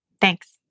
Thanks